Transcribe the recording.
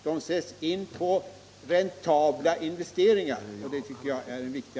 De sätts in på räntabla investeringar, och det tycker jag är viktigt.